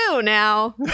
now